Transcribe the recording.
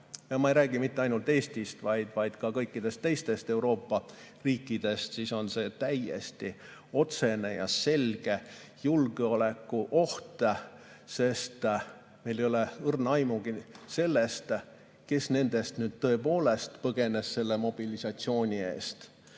ma ei räägi mitte ainult Eestist, vaid ka kõikidest teistest Euroopa riikidest –, siis on see täiesti otsene ja selge julgeolekuoht, sest meil ei ole õrna aimugi sellest, kes nendest tõepoolest põgenes mobilisatsiooni eest